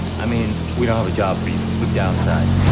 i mean we don't have a job for you. we've downsized.